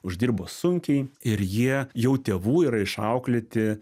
uždirbo sunkiai ir jie jau tėvų yra išauklėti